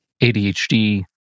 ADHD